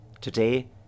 Today